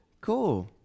cool